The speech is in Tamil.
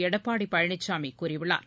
எடப்பாடி பழனிசாமி கூறியுள்ளார்